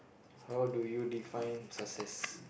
how do you define success